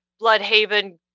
Bloodhaven